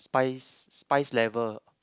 spice spice level